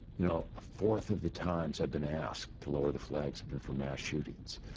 you know, a fourth of the times i've been asked to lower the flags have been for mass shootings,